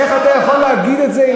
איך אתה יכול להגיד את זה?